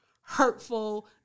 hurtful